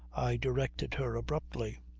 directed her abruptly.